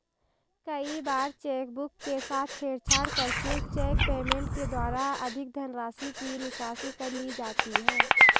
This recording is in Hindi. कई बार चेकबुक के साथ छेड़छाड़ करके चेक पेमेंट के द्वारा अधिक धनराशि की निकासी कर ली जाती है